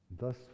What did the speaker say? thus